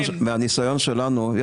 מהניסיון שלנו,